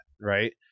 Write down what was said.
right